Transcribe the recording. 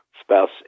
spouse